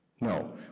No